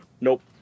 Nope